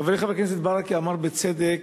חברי חבר הכנסת ברכה אמר בצדק